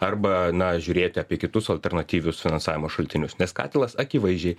arba na žiūrėti apie kitus alternatyvius finansavimo šaltinius nes katilas akivaizdžiai